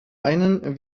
einen